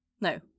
no